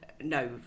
no